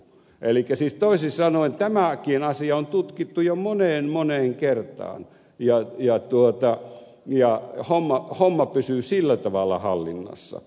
elikkä toisin sanoen tämäkin asia on tutkittu moneen moneen kertaan ja homma pysyy sillä tavalla hallinnassa